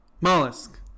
mollusk